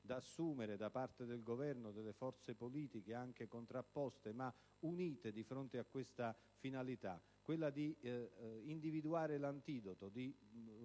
da assumere da parte del Governo e delle forze politiche, anche contrapposte, ma unite di fronte a questa finalità: individuare l'antidoto,